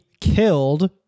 killed